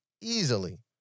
easily